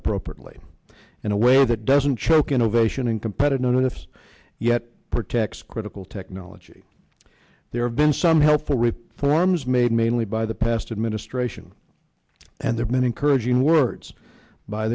appropriately in a way that doesn't choke innovation in competitiveness yet protects critical technology there have been some helpful rip forms made mainly by the past administration and there are many encouraging words by